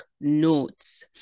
notes